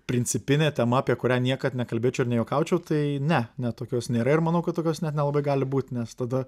principinė tema apie kurią niekad nekalbėčiau ir nejuokaučiau tai ne ne tokios nėra ir manau kad tokios net nelabai gali būt nes tada